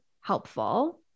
helpful